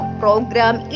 program